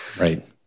Right